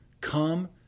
Come